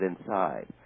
inside